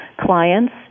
clients